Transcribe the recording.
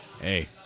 Hey